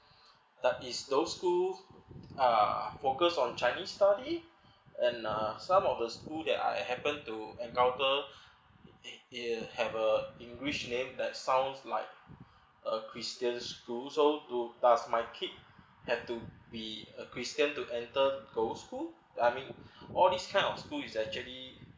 does it those school uh focus on chinese study and uh some of the school that I happen to encounter in it have a english name that sounds like a christian school so do does my kid have to be a christian to enter those school I mean all this kind of school is actually